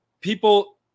people